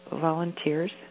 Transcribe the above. volunteers